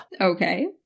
Okay